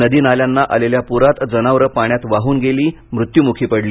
नदी नाल्यांना आलेल्या पुरात जनावरं पाण्यात वाहून गेली मृत्यूमुखी पडली